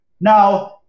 Now –